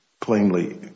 plainly